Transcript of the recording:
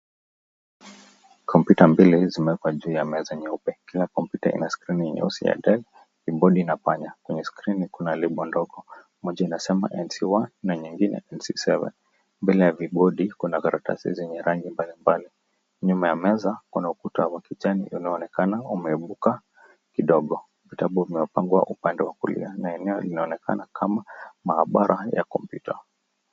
Kompyuta mbili zimewekwa juu ya meza nyeupe. Kila kompyuta ina skrini nyeusi ya Dell, kibodi na panya. Kwenye skrini kuna lebo ndogo. Moja inasema NC1 na nyingine NC7. Mbele ya vibodi kuna karatasi zenye rangi mbalimbali. Nyuma ya meza kuna ukuta wa kijani unaonekana umeibuka kidogo. Vitabu vimewapangwa upande wa kulia na eneo linaonekana kama maabara ya kompyuta.